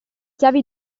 chiavi